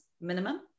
minimum